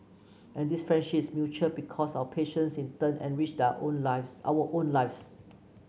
and this friendship is mutual because our patients in turn enrich that own lives our own lives